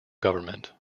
government